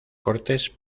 cortes